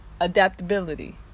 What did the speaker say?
adaptability